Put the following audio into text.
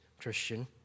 Christian